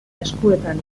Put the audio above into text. eskuetan